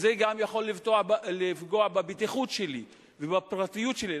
זה גם יכול לפגוע בבטיחות שלי ובפרטיות שלי.